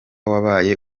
wabaye